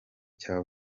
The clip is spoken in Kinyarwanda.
cya